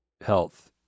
health